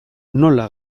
nola